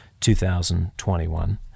2021